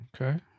Okay